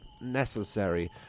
necessary